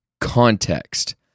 context